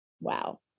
Wow